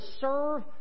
serve